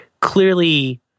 clearly